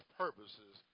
purposes